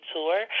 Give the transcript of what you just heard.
Tour